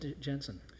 Jensen